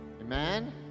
Amen